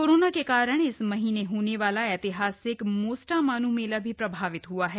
corona के कारण इस महीने होने वाले ऐतिहासिक मोसटामानो मेला भी प्रभावित हआ है